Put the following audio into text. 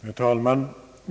Herr talman!